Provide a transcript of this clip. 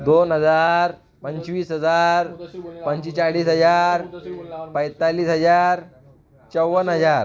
दोन हजार पंचवीस हजार पंचेचाळीस हजार पैतालीस हजार चव्वन हजार